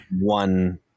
one